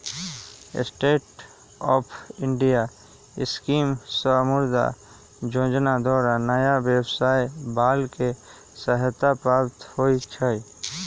stand up India scheme आऽ मुद्रा जोजना द्वारा नयाँ व्यवसाय बला के सहायता प्राप्त होइ छइ